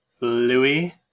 Louis